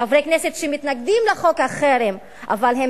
חברי כנסת שמתנגדים לחוק החרם אבל הם